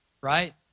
right